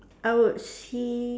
I would see